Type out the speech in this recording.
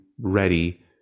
ready